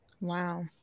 Wow